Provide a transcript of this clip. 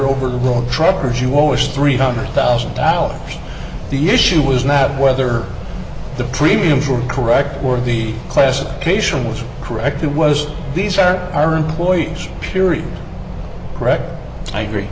road truckers you always three hundred thousand dollars the issue was nat whether the premiums were correct or the classification was correct it was these are our employees period correct i agree